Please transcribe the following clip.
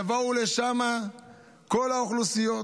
יבואו לשם כל האוכלוסיות,